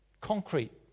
concrete